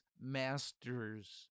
Masters